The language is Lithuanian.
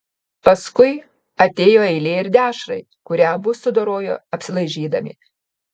paskui atėjo eilė ir dešrai kurią abu sudorojo apsilaižydami